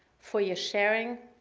for your share ing,